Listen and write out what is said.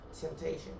temptation